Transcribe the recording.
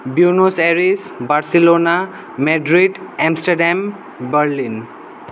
ब्रुनोस Aires Barcelona Madrid Amsterdam Berlin